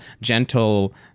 gentle